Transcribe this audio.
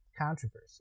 controversy